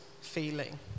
feeling